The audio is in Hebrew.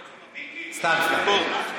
סתם, סתם, נו.